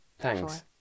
Thanks